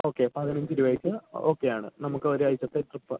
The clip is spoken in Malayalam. ഓക്കെ പതിനഞ്ച് രൂപയ്ക്ക് ഓക്കെയാണ് നമുക്ക് ഒരാഴ്ച്ചത്തെ ട്രിപ്പ്